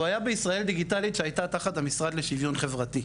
הוא היה בישראל דיגיטלית שהייתה תחת המשרד לשוויון חברתי,